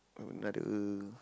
another